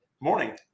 morning